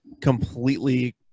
completely